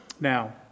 Now